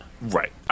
right